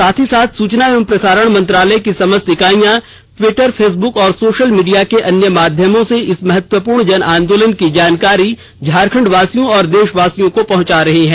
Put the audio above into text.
साथ ही साथ सूचना एवं प्रसारण मंत्रालय की समस्त इकाइयां ट्विटर फेसबुक एवं सोशल मीडिया के अन्य माध्यमों से इस महत्वपूर्ण जन आंदोलन की जानकारी झारखंड वासियों तथा देशवासियों को पहुंचा रही हैं